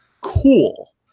cool